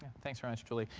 thanks very much, julie.